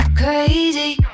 crazy